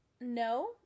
No